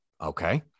Okay